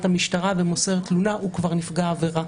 המשטרה ומוסר תלונה הוא כבר נפגע עבירה,